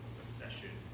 succession